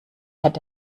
hat